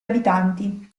abitanti